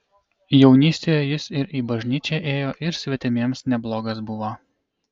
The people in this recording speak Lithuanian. jaunystėje jis ir į bažnyčią ėjo ir svetimiems neblogas buvo